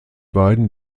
beiden